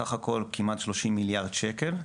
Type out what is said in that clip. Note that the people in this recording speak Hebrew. בסך הכול כמעט 30 מיליארדי שקלים .